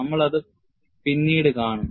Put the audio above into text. നമ്മൾഅത് പിന്നീട് കാണും